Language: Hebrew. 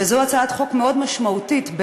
וזו הצעת חוק משמעותית מאוד,